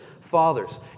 fathers